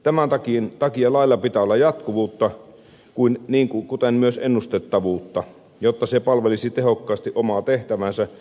tämän takia lailla pitää olla jatkuvuutta kuten myös ennustettavuutta jotta se palvelisi tehokkaasti omaa tehtäväänsä